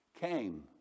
came